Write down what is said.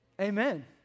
Amen